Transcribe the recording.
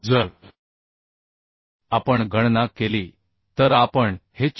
जर आपण गणना केली तर आपण हे 462